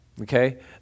Okay